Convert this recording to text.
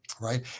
right